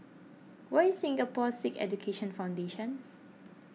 where is Singapore Sikh Education Foundation